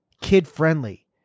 kid-friendly